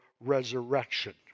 Resurrection